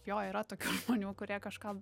jo yra tokių žmonių kurie kažką